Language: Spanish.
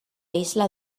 isla